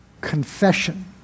confession